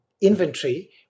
inventory